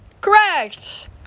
Correct